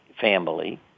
family